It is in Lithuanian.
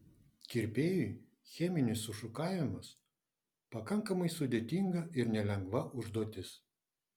kirpėjui cheminis sušukavimas pakankamai sudėtinga ir nelengva užduotis